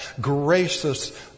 gracious